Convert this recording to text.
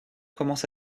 commence